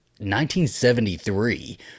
1973